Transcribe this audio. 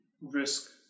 risk